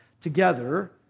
together